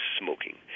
smoking